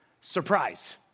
surprise